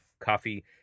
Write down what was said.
coffee